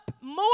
more